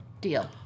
Deal